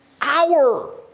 hour